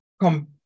come